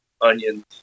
onions